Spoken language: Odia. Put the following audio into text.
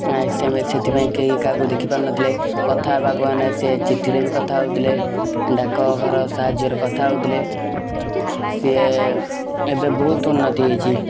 ଆ ଏସ ଏମ ଏସ ସେଥିପାଇଁ କି କାହାକୁ ଦେଖିପାରୁନଥିଲେ କଥା ହବାକୁ ହେନେ ସେ ଚିଠିରେ ବି କଥା ହେଉଥିଲେ ଡାକ ଘର ସାହାଯ୍ୟରେ କଥା ହେଉଥିଲେ ସିଏ ଏବେ ବହୁତ ଉନ୍ନତି ହେଇଛି